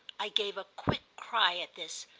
i gave a quick cry at this,